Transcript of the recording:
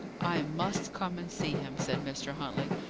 i must come and see him, said mr. huntley.